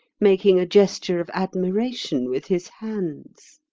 making a gesture of admiration with his hands.